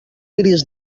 gris